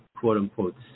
quote-unquote